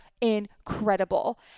incredible